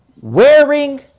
wearing